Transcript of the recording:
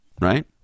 right